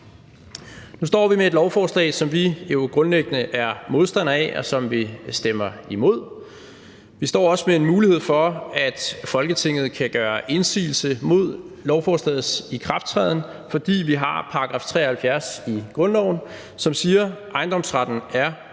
Nu står vi med et lovforslag, som vi jo grundlæggende er modstandere af, og som vi stemmer imod. Vi står også med en mulighed for, at Folketinget gør indsigelse mod lovforslagets ikrafttræden, fordi vi har § 73 i grundloven, som siger: »Ejendomsretten er ukrænkelig.